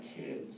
kids